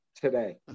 Today